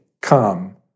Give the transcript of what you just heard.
come